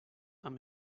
amb